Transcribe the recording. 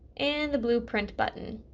and the blue print button.